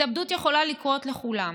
התאבדות יכולה לקרות לכולם,